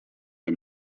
the